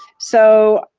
so,